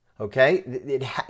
Okay